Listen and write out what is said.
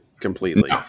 completely